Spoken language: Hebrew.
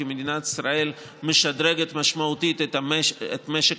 כי מדינת ישראל משדרגת משמעותית את משק